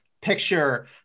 picture